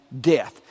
death